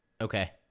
okay